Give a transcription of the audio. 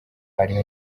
ariho